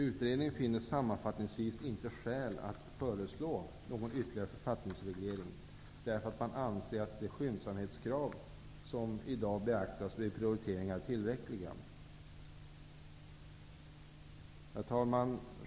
Utredningen finner sammanfattningsvis inte skäl att föreslå någon ytterligare författningsreglering eftersom man anser att de skyndsamhetskrav som i dag beaktas vid prioriteringar är tillräckliga. Herr talman!